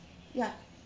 ya